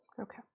Okay